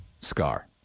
scar